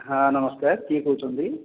ହଁ ନମସ୍କାର କିଏ କହୁଛନ୍ତି